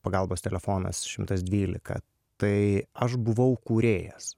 pagalbos telefonas šimtas dvylika tai aš buvau kūrėjas